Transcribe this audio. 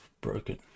broken